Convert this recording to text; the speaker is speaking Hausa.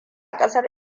ƙasar